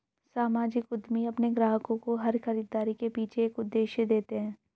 सामाजिक उद्यमी अपने ग्राहकों को हर खरीदारी के पीछे एक उद्देश्य देते हैं